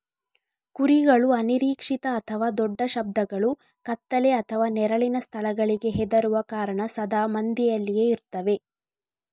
ಕುರಿಗಳು ಅನಿರೀಕ್ಷಿತ ಅಥವಾ ದೊಡ್ಡ ಶಬ್ದಗಳು, ಕತ್ತಲೆ ಅಥವಾ ನೆರಳಿನ ಸ್ಥಳಗಳಿಗೆ ಹೆದರುವ ಕಾರಣ ಸದಾ ಮಂದೆಯಲ್ಲಿಯೇ ಇರ್ತವೆ